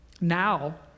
now